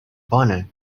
boner